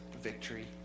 victory